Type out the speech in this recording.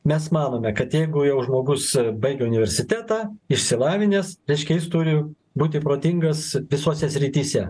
mes manome kad jeigu jau žmogus baigė universitetą išsilavinęs reiškia jis turi būti protingas visose srityse